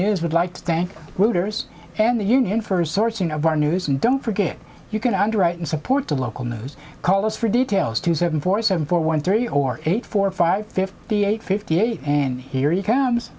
news would like to thank routers and the union for sourcing of our news and don't forget you can underwrite and support the local news callers for details two seven four seven four one three or eight four five fifty eight fifty eight and here he comes